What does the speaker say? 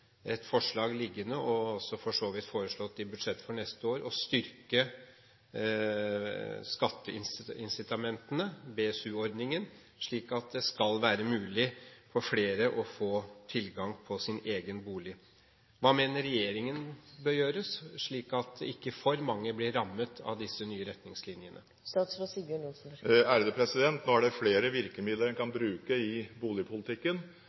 et forslag liggende og har for så vidt også foreslått i budsjettet for neste år å styrke skatteincitamentene, BSU-ordningen, slik at det skal være mulig for flere å få tilgang på egen bolig. Hva mener regjeringen bør gjøres, slik at ikke for mange blir rammet av disse nye retningslinjene? Nå er det flere virkemidler en kan bruke i boligpolitikken.